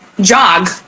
jog